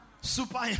super